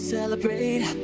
Celebrate